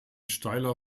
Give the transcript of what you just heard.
steiler